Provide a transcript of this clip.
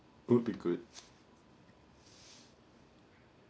would be good